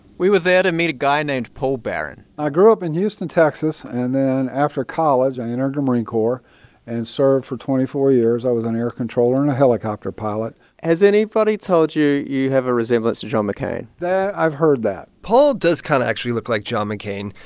we were there to meet a guy named paul barron i grew up in houston, texas. and then after college, i entered the marine corps and served for twenty four years. i was an air controller and a helicopter pilot has anybody told you you have a resemblance to john mccain? i've heard that paul does kind of actually look like john mccain.